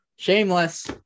Shameless